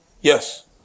Yes